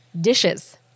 dishes